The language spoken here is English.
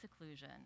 seclusion